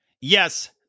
Yes